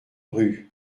rue